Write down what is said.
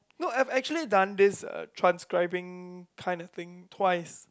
no I've actually done this uh transcribing kind of thing twice